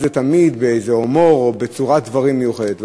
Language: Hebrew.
זה תמיד באיזה הומור או בצורת דברים מיוחדת,